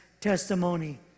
testimony